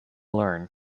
learn